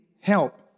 help